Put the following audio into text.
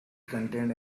contained